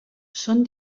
són